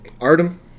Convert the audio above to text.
Artem